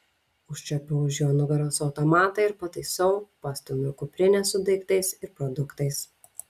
užčiuopiu už jo nugaros automatą ir pataisau pastumiu kuprinę su daiktais ir produktais